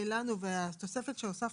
כל הדרישות האלה?